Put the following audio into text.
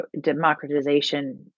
democratization